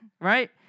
right